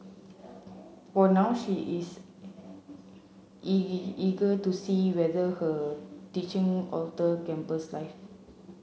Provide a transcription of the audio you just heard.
for now she is is eager to see whether her teaching alter campus life